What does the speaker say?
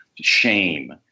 shame